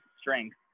strength